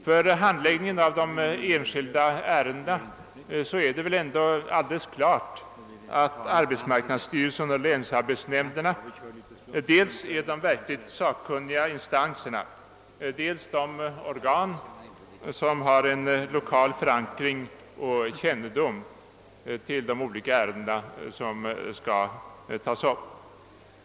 För handläggandet av de enskilda ärendena är det väl alldeles klart, att arbetsmarknadsstyrelsen och länsarbetsnämnderna är dels de verkligt sakkunniga instanserna, dels de organ som har en lokal förankring och kännedom om de olika ärenden som skall tas upp.